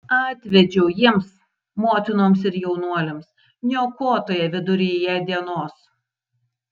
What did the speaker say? atvedžiau jiems motinoms ir jaunuoliams niokotoją viduryje dienos